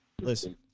listen